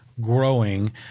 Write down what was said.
growing